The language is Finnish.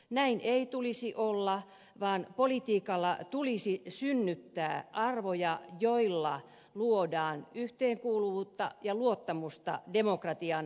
näin ei tulisi olla vaan politiikalla tulisi synnyttää arvoja joilla luodaan yhteenkuuluvuutta ja luottamusta demokratian toteutumiseen